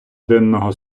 денного